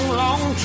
long